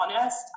honest